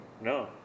No